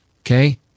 Okay